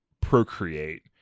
procreate